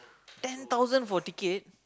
ten thousand for ticket